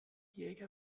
jäger